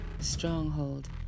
stronghold